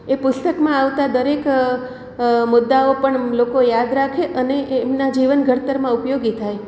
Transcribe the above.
એ પુસ્તકમાં આવતા દરેક મુદ્દાઓ પણ લોકો યાદ રાખે અને એમના જીવન ઘડતરમાં ઉપયોગી થાય